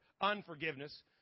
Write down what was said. unforgiveness